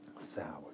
sour